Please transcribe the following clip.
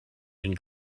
and